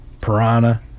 Piranha